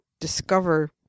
discover